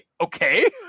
Okay